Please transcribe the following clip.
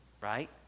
right